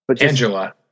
Angela